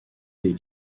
des